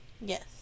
Yes